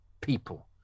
people